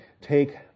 take